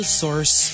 source